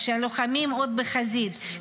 כשהלוחמים עוד בחזית,